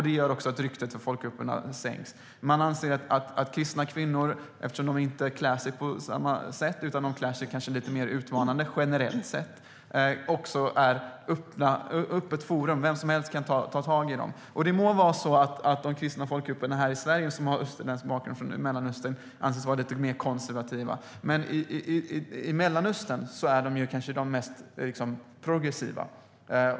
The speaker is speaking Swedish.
Det gör också att ryktet för folkgrupperna blir sämre. Kristna kvinnor klär sig inte på samma sätt som andra. De klär sig kanske lite mer utmanande generellt sett. Därför anser man att de är ett öppet forum. Vem som helst kan ta tag i dem. Det må vara så att de kristna folkgrupperna här i Sverige som har österländsk bakgrund i Mellanöstern anses vara lite mer konservativa. Men i Mellanöstern är de kanske de mest progressiva.